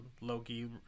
Loki